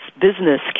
business